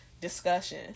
discussion